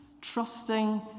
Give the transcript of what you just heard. trusting